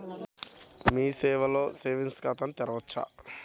మీ సేవలో సేవింగ్స్ ఖాతాను తెరవవచ్చా?